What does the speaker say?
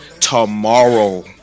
Tomorrow